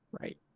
right